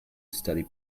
study